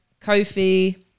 Kofi